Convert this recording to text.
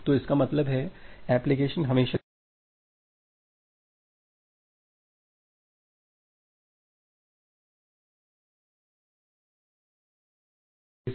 तो इसका मतलब है एप्लीकेशन हमेशा चाहता है कि यदि कोई प्रेषक या भेजने की प्रक्रिया कुछ संदेश या निश्चित डेटा भेज रही है तो वह डेटा अंततः रिसीवर द्वारा प्राप्त किया जाएगा